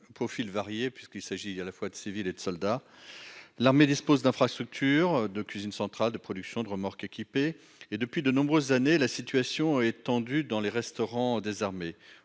profils variés, puisqu'il s'agit à la fois de civils et de soldats. Elle dispose d'infrastructures : cuisines centrales, centres de production, remorques équipées, etc. Depuis de nombreuses années, la situation est tendue dans les restaurants des armées.